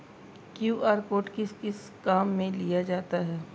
QR code किस किस काम में लिया जाता है?